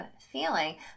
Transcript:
feeling